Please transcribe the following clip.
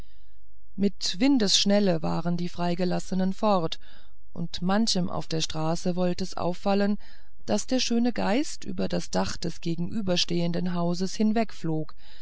mit windesschnelle waren die freigelassenen fort und manchem auf der straße wollt es auffallen daß der schöne geist über das dach des gegenüberstehenden hauses